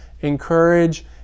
encourage